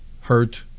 Hurt